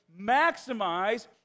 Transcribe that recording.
maximize